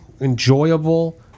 enjoyable